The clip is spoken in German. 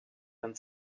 dann